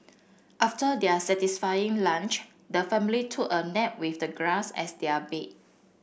after their satisfying lunch the family took a nap with the grass as their bed